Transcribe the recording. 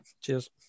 Cheers